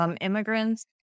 Immigrants